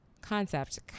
concept